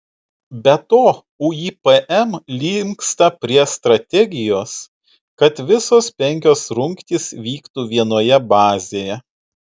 be to uipm linksta prie strategijos kad visos penkios rungtys vyktų vienoje bazėje